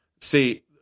See